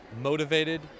motivated